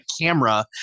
camera